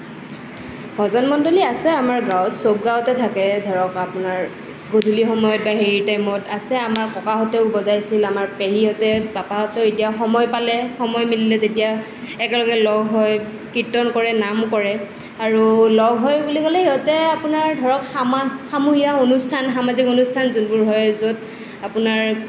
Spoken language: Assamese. ভজন মণ্ডলী আছে আমাৰ গাঁৱত চব গাঁৱতে থাকে ধৰক আপোনাৰ গধূলি সময়ত হেৰি টাইমত আছে আমাৰ ককাহঁতেও বজাইছিল আমাৰ পেহীহঁতে পাপাহঁতে এতিয়া সময় পালে সময় মিলিলে তেতিয়া একেলগে লগ হৈ কীৰ্তন কৰে নাম কৰে আৰু লগ হৈ বুলি ক'লে সিহঁতে আপোনাৰ ধৰক সমূহীয়া অনুষ্ঠান সামাজিক অনুষ্ঠান যোনবোৰ হয় আপোনাৰ